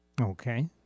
Okay